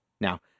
Now